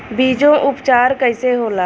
बीजो उपचार कईसे होला?